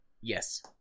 Yes